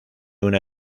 una